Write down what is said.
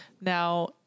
Now